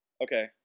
Okay